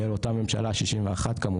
יהיה לאותה ממשלה 61 כמובן.